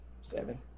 Seven